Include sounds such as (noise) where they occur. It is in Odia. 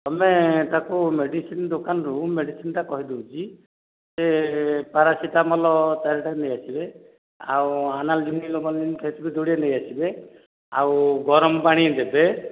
ତମେ ତାକୁ ମେଡ଼ିସିନ୍ ଦୋକାନରୁ ମେଡ଼ିସିନ୍ ଟା କହିଦେଉଛି ସେ ପାରାସିଟାମଲ୍ ଚାରିଟା ନେଇ ଆସିବେ ଆଉ (unintelligible) ସେଥିରୁ ଯୋଡ଼ିଏ ନେଇ ଆସିବେ ଆଉ ଗରମ ପାଣି ଦେବେ